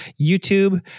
YouTube